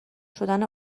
شدن